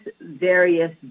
various